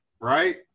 right